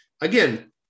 Again